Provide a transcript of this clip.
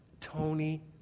Tony